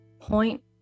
point